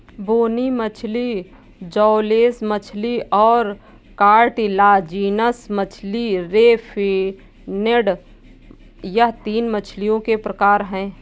बोनी मछली जौलेस मछली और कार्टिलाजिनस मछली रे फिनेड यह तीन मछलियों के प्रकार है